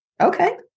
Okay